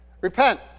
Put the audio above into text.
repent